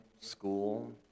school